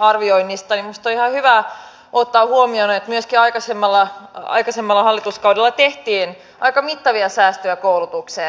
arvioinnista niin minusta on ihan hyvä ottaa huomioon että myöskin aikaisemmalla hallituskaudella tehtiin aika mittavia säästöjä koulutukseen